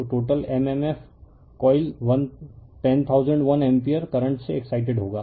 तो total mmf coil 10001 ampere current से excited होगा